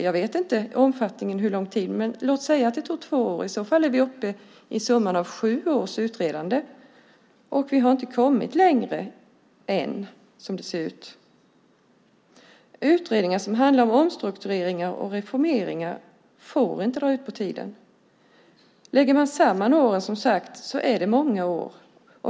Jag vet inte hur lång tid det tog, men låt säga att det tog två år. I så fall är vi uppe i en summa av sju års utredande, och vi har inte kommit längre än, som det ser ut. Utredningar som handlar om omstruktureringar och reformeringar får inte dra ut på tiden. Lägger man samman åren blir det många år.